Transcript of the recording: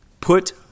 Put